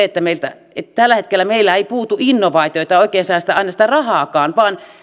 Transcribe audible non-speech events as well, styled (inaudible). (unintelligible) että melkein suurimpana ongelmana tällä hetkellä meillä ei puutu innovaatioita eikä oikeastaan aina sitä rahaakaan on se että